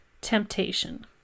temptation